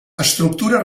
estructura